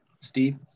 Steve